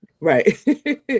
right